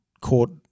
court